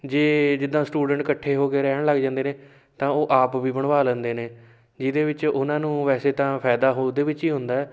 ਜੇ ਜਿੱਦਾਂ ਸਟੂਡੈਂਟ ਇਕੱਠੇ ਹੋ ਕੇ ਰਹਿਣ ਲੱਗ ਜਾਂਦੇ ਨੇ ਤਾਂ ਉਹ ਆਪ ਵੀ ਬਣਵਾ ਲੈਂਦੇ ਨੇ ਜਿਹਦੇ ਵਿੱਚ ਉਹਨਾਂ ਨੂੰ ਵੈਸੇ ਤਾਂ ਫਾਇਦਾ ਹੋ ਉਹਦੇ ਵਿੱਚ ਹੀ ਹੁੰਦਾ